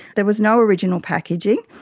there was no original packaging.